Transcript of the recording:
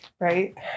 right